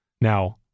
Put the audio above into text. Now